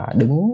đứng